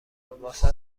واست